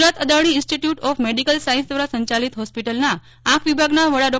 Gujarat Adani institute of medical science દ્વારા સંચાલિત હોસ્પિટલના આંખ વિભાગના વડા ડો